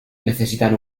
necesitan